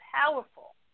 powerful